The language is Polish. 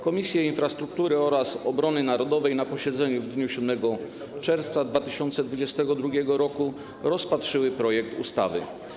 Komisje Infrastruktury oraz Obrony Narodowej na posiedzeniu w dniu 7 czerwca 2022 r. rozpatrzyły projekt ustawy.